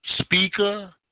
Speaker